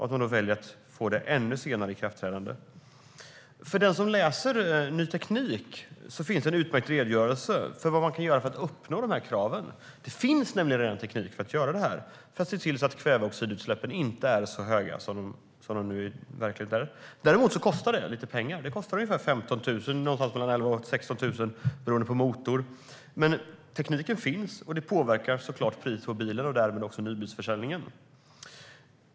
Nu väljer ministern ett ännu senare ikraftträdande. För den som läser tidningen Ny Teknik finns en utmärkt redogörelse för vad som kan göras för att uppnå kraven. Det finns redan teknik för att se till att kväveoxidutsläppen inte blir så höga som de nu är. Men det kostar pengar. Det kostar ungefär 15 000 kronor, 11 000-16 000 kronor beroende på motor, men tekniken finns och det påverkar såklart priset på bilen och därmed också nybilsförsäljningen.